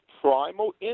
primal